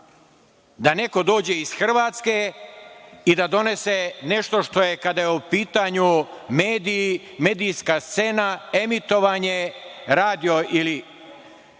Da neko dođe iz Hrvatske i da donese nešto što je kada su u pitanju mediji, medijska scena, emitovanje radio ili